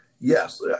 Yes